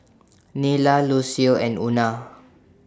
Nila Lucio and Una